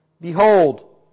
Behold